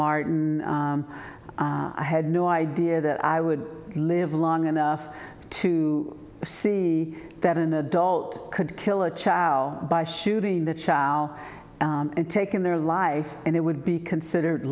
martin i had no idea that i would live long enough to see that an adult could kill a child by shooting that child and taking their life and it would be considered